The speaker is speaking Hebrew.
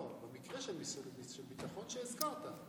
לא, במקרה של משרד הביטחון שהזכרת.